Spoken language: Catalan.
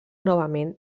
novament